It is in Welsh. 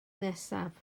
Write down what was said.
nesaf